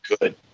good